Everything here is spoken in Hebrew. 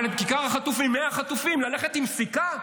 אבל כיכר החטופים, 100 חטופים, ללכת עם סיכה?